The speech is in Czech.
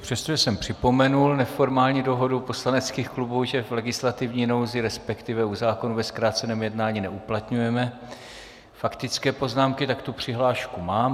Přestože jsem připomenul neformální dohodu poslaneckých klubů, že v legislativní nouzi, respektive u zákonů ve zkráceném jednání neuplatňujeme faktické poznámky, tak tu přihlášku mám.